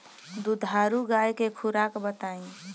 दुधारू गाय के खुराक बताई?